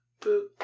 boop